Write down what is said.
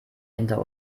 hinter